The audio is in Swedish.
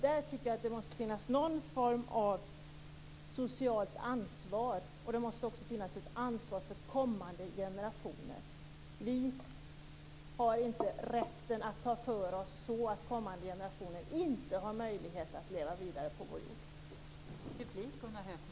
Jag tycker att det måste finnas någon form av socialt ansvar, för det måste också finnas ett ansvar för kommande generationer. Vi har inte rätten att ta för oss så att kommande generationer inte har möjlighet att leva vidare på vår jord.